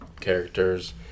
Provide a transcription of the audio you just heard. characters